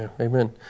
Amen